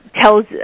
tells